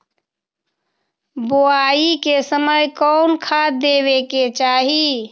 बोआई के समय कौन खाद देवे के चाही?